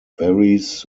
varies